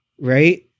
Right